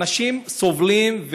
האנשים סובלים,